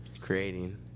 Creating